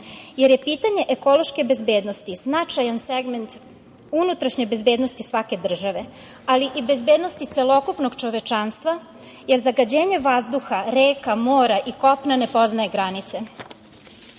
jer je pitanje ekološke bezbednosti značajan segment unutrašnje bezbednosti svake države ali i bezbednosti celokupnog čovečanstva jer zagađenje vazduha, reka, mora i kopna ne poznaje granice.